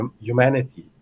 humanity